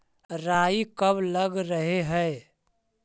राई कब लग रहे है?